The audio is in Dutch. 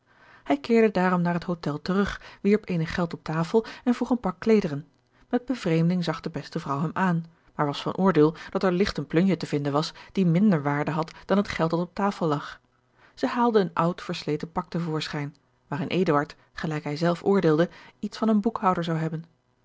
hij keerde daarom naar het hôtel terug wierp eenig geld op tafel en vroeg een pak kleederen met bevreemding zag de beste vrouw hem aan maar was van oordeel dat er ligt eene plunje te vinden was die minder waarde had dan hetgeld dat op tafel lag zij haalde een oud versleten pak te voorschijn waarin eduard gelijk hij zelf oordeelde iets van een boekhouder zou hebben